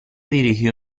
dirige